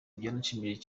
byaranshimishije